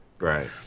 Right